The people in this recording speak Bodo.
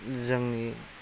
जोंनि